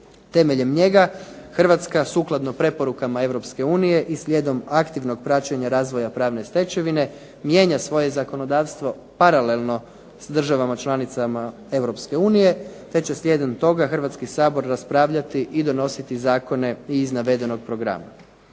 Temeljem njega Hrvatska sukladno preporukama Europske unije i slijedom aktivnog praćenja razvoja pravne stečevine mijenja svoje zakonodavstvo paralelno s državama članicama Europske unije te će slijedom toga Hrvatski sabor raspravljati i donositi zakone iz navedenog programa.